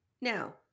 Now